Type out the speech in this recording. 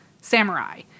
samurai